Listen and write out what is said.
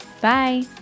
Bye